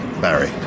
Barry